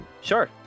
sure